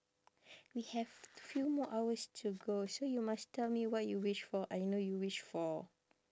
we have few more hours to go so you must tell me what you wish for I know you wish for